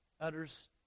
utters